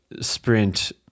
sprint